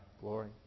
glory